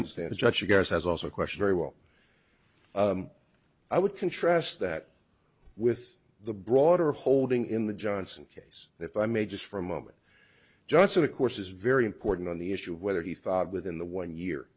stand as judge you guys has also question very well i would contrast that with the broader holding in the johnson case if i may just for a moment just sort of course is very important on the issue of whether he thought within the one year